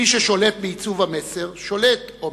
ששולט בעיצוב המסר שולט כמובן,